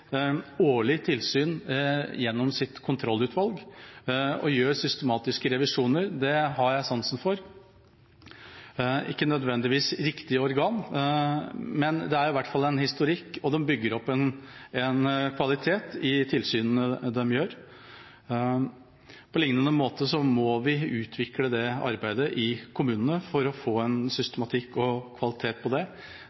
årlig tilsyn gjennom sitt kontrollutvalg og foretar systematiske revisjoner. Det har jeg sansen for – ikke nødvendigvis riktig organ, men det er i hvert fall en historikk, og de bygger opp en kvalitet i tilsynene. På lignende måte må vi utvikle det arbeidet i kommunene for å få en